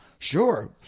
sure